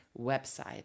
website